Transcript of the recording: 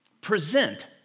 Present